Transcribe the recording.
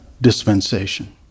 dispensation